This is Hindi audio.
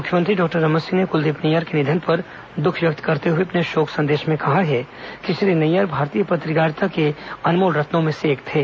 मुख्यमंत्री डॉक्टर रमन सिंह ने कुलदीप नैयर के निधन पर दुख व्यक्त करते हुए अपने शोक संदेश में कहा है कि श्री नैयर भारतीय पत्रकारिता के अनमोल रत्नों में से एक थे